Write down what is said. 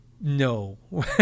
No